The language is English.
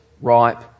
ripe